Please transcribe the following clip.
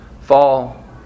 Fall